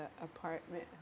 apartment